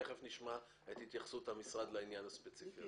ותיכף נשמע את התייחסות המשרד לעניין הספציפי הזה.